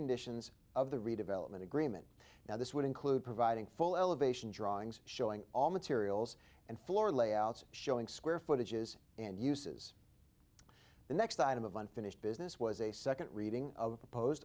conditions of the redevelopment agreement now this would include providing full elevation drawings showing all materials and floor layouts showing square footage is and uses the next item of unfinished business was a second reading of